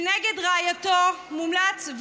שנגד רעייתו מומלץ,